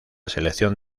selección